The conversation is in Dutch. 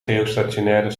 geostationaire